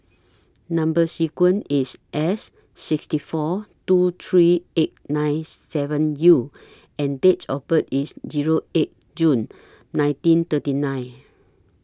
Number sequence IS S sixty four two three eight nine seven U and Date of birth IS Zero eight June nineteen thirty nine